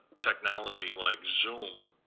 technology like zoom,